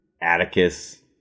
Atticus